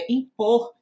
impor